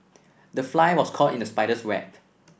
the fly was caught in the spider's web